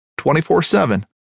24-7